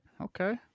okay